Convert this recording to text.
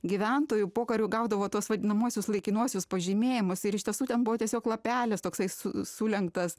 gyventojų pokariu gaudavo tuos vadinamuosius laikinuosius pažymėjimus ir iš tiesų ten buvo tiesiog lapelis toksai su sulenktas